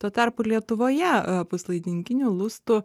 tuo tarpu lietuvoje puslaidininkinių lustų